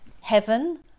Heaven